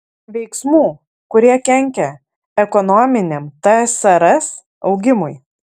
veiksmų kurie kenkia ekonominiam tsrs augimui